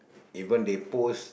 even they post